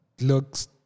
looks